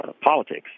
politics